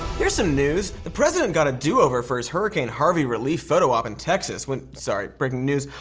here's some news, the president got a do-over for his hurricane harvey relief photo-op in texas when, sorry, breaking news,